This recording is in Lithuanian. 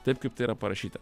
taip kaip tai yra parašyta